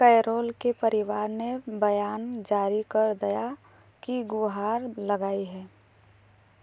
carol के परिवार ने बयान जारी कर दया की गुहार लगाई है